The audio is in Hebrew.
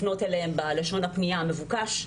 לפנות אליהם בלשון הפנייה המבוקש,